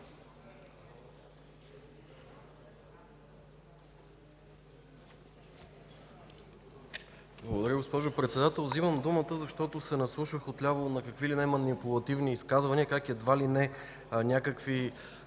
Благодаря, госпожо Председател.